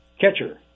Catcher